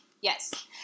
Yes